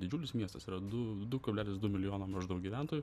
didžiulis miestas yra du du kablelis du milijono maždaug gyventojų